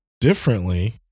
differently